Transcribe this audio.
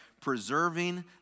preserving